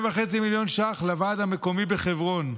2.5 מיליון ש"ח לוועד המקומי בחברון.